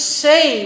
say